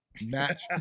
Match